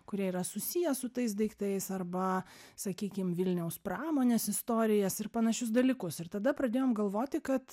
kurie yra susiję su tais daiktais arba sakykim vilniaus pramonės istorijas ir panašius dalykus ir tada pradėjom galvoti kad